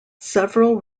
several